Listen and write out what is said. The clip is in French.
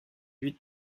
huit